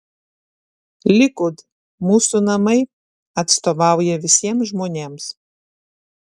likud mūsų namai atstovauja visiems žmonėms